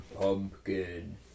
pumpkin